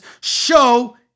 show